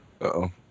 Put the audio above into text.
Uh-oh